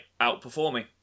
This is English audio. outperforming